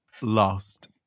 lost